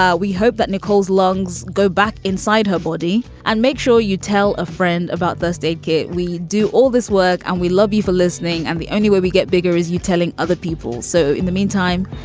ah we hope that nicole's lungs go back inside her body and make sure you tell a friend about those they get. we do all this work and we love you for listening. and the only way we get bigger is you telling other people. so in the meantime,